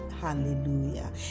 Hallelujah